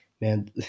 man